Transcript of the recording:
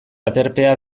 aterpea